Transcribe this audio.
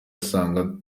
asanga